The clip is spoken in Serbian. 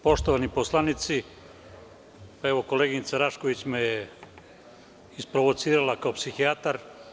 Poštovani poslanici, koleginica Rašković me je isprovocirala kao psihijatar.